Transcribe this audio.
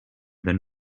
than